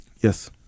Yes